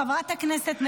חבר הכנסת חמד עמאר,